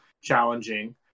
challenging